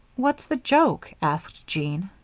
what's the joke? asked jean.